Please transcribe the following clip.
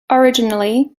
originally